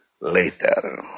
Later